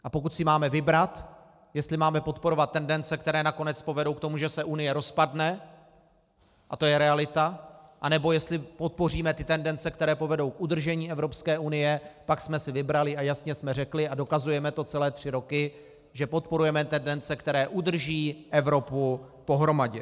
A pokud si máme vybrat, jestli máme podporovat tendence, které nakonec povedou k tomu, že se Unie rozpadne, a to je realita, anebo jestli podpoříme ty tendence, které povedou k udržení Evropské unie, pak jsme si vybrali a jasně jsme řekli a dokazujeme to celé tři roky, že podporujeme tendence, které udrží Evropu pohromadě.